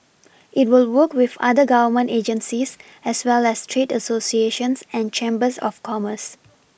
it will work with other Government agencies as well as trade Associations and chambers of commerce